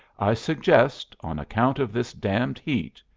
i suggest, on account of this damned heat,